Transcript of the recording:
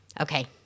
Okay